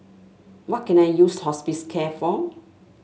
what can I use Hospicare for